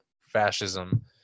fascism